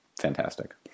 fantastic